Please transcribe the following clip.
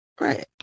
right